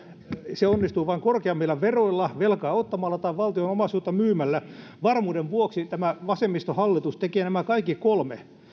se onnistuu vain korkeammilla veroilla velkaa ottamalla tai valtion omaisuutta myymällä varmuuden vuoksi tämä vasemmistohallitus tekee nämä kaikki kolme